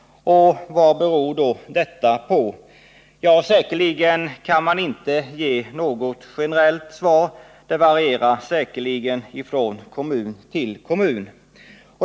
Vad beror detta på? Man kan inte ge något generellt svar på den frågan. Orsakerna varierar säkerligen från kommun till kommun.